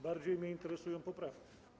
Bardziej mnie interesują poprawki.